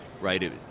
Right